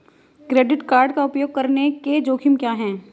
Credit card का उपयोग करने के जोखिम क्या हैं?